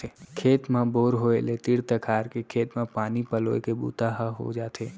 खेत म बोर होय ले तीर तखार के खेत म पानी पलोए के बूता ह हो जाथे